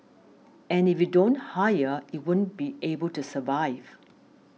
and if you don't hire you won't be able to survive